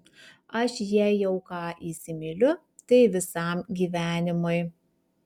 aš jei jau ką įsimyliu tai visam gyvenimui